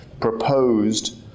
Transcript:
proposed